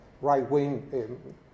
right-wing